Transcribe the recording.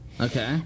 Okay